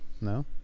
No